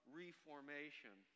reformation